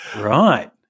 Right